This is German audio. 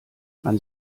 man